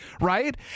right